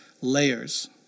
layers